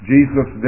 Jesus